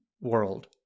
world